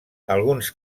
alguns